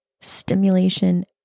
Stimulation